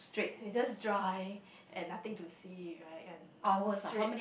is just dry and nothing to see right one straight